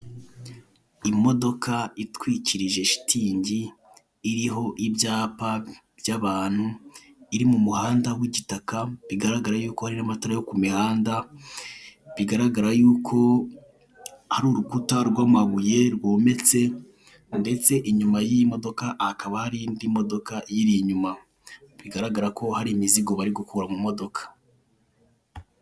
Imodoka itwikirije shitingi iriho ibyapa by'abantu, iri mumuhanda w'igitaka bigaragara yuko hari n'amatara yo mu mihanda, bigaragara yuko hari urukuta rw'amabuye rwometse, ndetse inyuma y'iy'imodoka hakaba harindi modoka iyiri inyuma bigaragara ko hari imizigo bari gukura mu modoka.